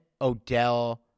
Odell